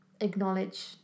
acknowledge